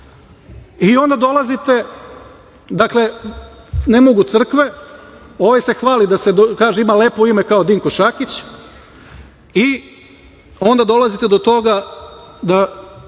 bravo. Onda dolazite, dakle, ne mogu crkve, ovaj se hvali, kaže ima lepo ime kao Dinko Šakić i onda dolazite do toga da